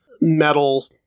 metal